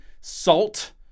Salt